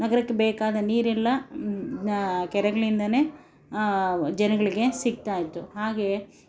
ನಗರಕ್ಕೆ ಬೇಕಾದ ನೀರೆಲ್ಲ ಕೆರೆಗಳಿಂದಾನೆ ಜನಗಳಿಗೆ ಸಿಕ್ತಾ ಇತ್ತು ಹಾಗೆಯೇ